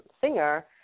Singer